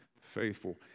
faithful